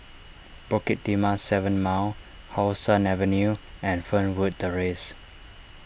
Bukit Timah seven Mile How Sun Avenue and Fernwood Terrace